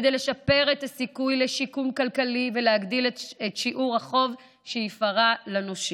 כדי לשפר את הסיכוי לשיקום כלכלי ולהגדיל את שיעור החוב שייפרע לנושים.